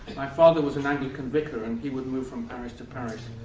my father was an anglican vicar, and he would move from parish to parish.